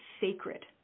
sacred